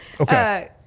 Okay